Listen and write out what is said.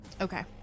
Okay